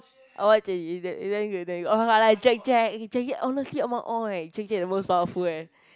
I watch already it's damn it's damn good damn good like Jack-Jack Jackie honestly among all eh Jack-Jack the most powerful eh